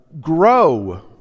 grow